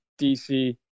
DC